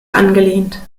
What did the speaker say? angelehnt